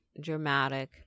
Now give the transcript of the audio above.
dramatic